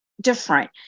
different